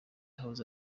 house